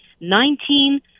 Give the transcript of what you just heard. Nineteen